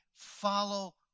follow